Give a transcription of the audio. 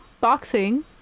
boxing